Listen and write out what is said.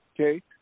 okay